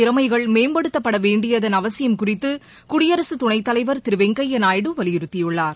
திறமைகள் மேம்படுத்தப்பட வேண்டியதள் அவசியம் குறித்து குடியரசுத்தனைத்தலைவர்திரு வெங்கய்யா நாயுடு வலியுறுத்தியுள்ளார்